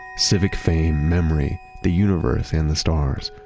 civic fame, memory, the universe and the stars,